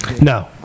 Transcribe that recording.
No